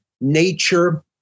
nature